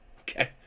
Okay